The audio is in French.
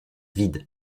vides